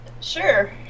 sure